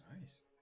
Nice